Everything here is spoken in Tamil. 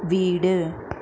வீடு